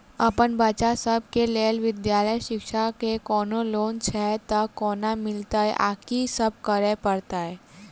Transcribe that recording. अप्पन बच्चा सब केँ लैल विधालय शिक्षा केँ कोनों लोन छैय तऽ कोना मिलतय आ की सब करै पड़तय